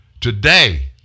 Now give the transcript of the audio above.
Today